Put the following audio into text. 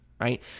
right